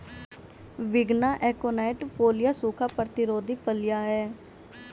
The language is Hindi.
विग्ना एकोनाइट फोलिया सूखा प्रतिरोधी फलियां हैं